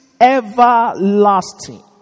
everlasting